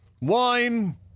wine